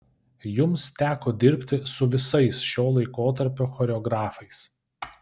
jums teko dirbti su visais šio laikotarpio choreografais